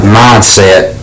mindset